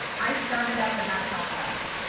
i started up in that top left.